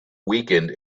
weekend